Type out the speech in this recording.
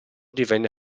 divenne